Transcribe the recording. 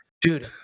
dude